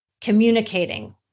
communicating